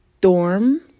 dorm